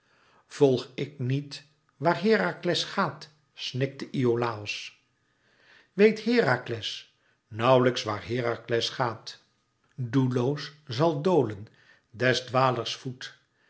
volg ik niet waar herakles gaat snikte iolàos weet herakles nauwlijks waar herakles gaat doelloos zal dolen des dwalers voet